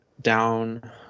down